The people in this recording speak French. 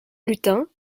gluten